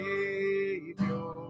Savior